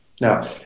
Now